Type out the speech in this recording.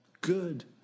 good